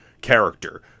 character